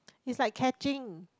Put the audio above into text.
it's like catching